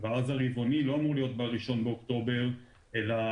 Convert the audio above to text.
ואז הרבעוני לא אמור להיות ב-1 באוקטובר אלא